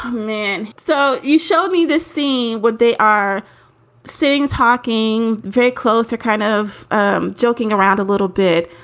ah man so you showed me this scene. what they are seeing is hawking very close, are kind of um joking around a little bit.